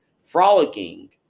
frolicking